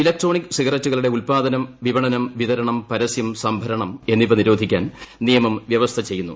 electronic സിഗരറ്റുകളുടെ ഉല്പാദനം വിപണനം വിതരണം പരസ്യം സംഭരണം എന്നിവ നിരോധിക്കാൻ നിയമം വ്യവസ്ഥചെയ്യുന്നു